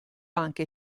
anche